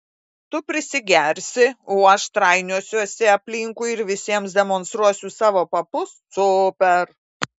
tu prisigersi o aš trainiosiuosi aplinkui ir visiems demonstruosiu savo papus super